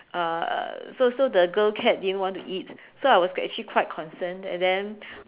uh uh so so the girl cat didn't want to eat so I was actually quite concerned and then